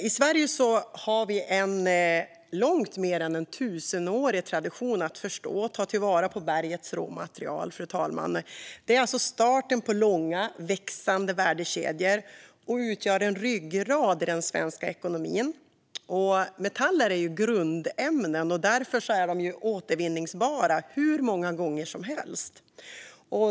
I Sverige har vi en långt mer än tusenårig tradition av att förstå och ta vara på bergets råmaterial. Det är starten på långa, växande värdekedjor och utgör en ryggrad i den svenska ekonomin. Metaller är ju grundämnen. Därför är de återvinningsbara hur många gånger som helst.